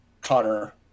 Connor